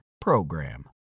PROGRAM